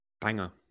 Banger